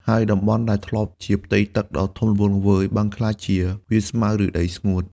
ហើយតំបន់ដែលធ្លាប់ជាផ្ទៃទឹកដ៏ធំល្វឹងល្វើយ បានក្លាយជាវាលស្មៅ ឬដីស្ងួត។